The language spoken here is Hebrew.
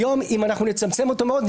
אם היום נצמצם אותה מאוד,